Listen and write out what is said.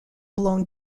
blown